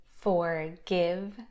forgive